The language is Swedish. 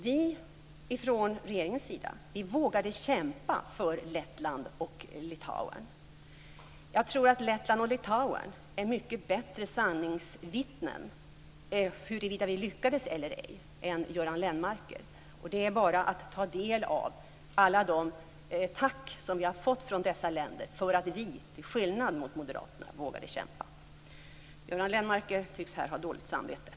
Vi från regeringens sida vågade kämpa för Lettland och Litauen. Jag tror att Lettland och Litauen är mycket bättre sanningsvittnen när det gäller huruvida vi lyckades eller ej än Göran Lennmarker. Det är bara att ta del av alla de tack som vi har fått från dessa länder för att vi, till skillnad från Moderaterna, vågade kämpa. Göran Lennmarker tycks här ha dåligt samvete.